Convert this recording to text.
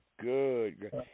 Good